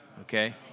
okay